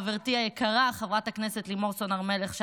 חברתי היקרה חברת הכנסת לימור סון הר מלך,